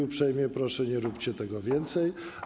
Uprzejmie proszę: nie róbcie tego więcej.